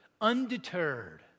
undeterred